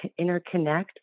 interconnect